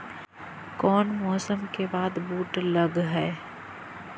कोन मौसम के बाद बुट लग है?